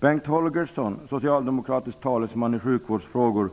Bengt Holgersson, socialdemokratisk talesman i sjukvårdsfrågor,